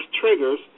triggers